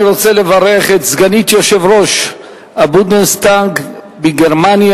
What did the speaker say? אני רוצה לברך את סגנית יושב-ראש הבונדסטאג בגרמניה,